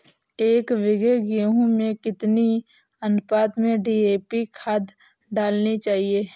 एक बीघे गेहूँ में कितनी अनुपात में डी.ए.पी खाद डालनी चाहिए?